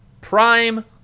prime